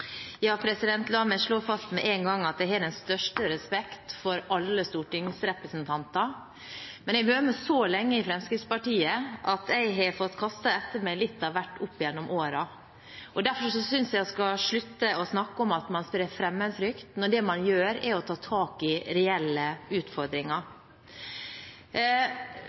La meg slå fast med en gang at jeg har den største respekt for alle stortingsrepresentanter. Men jeg har vært med så lenge i Fremskrittspartiet at jeg har fått kastet etter meg litt av hvert opp gjennom årene, og derfor synes jeg en skal slutte å snakke om at man sprer fremmedfrykt, når det man gjør, er å ta tak i reelle utfordringer.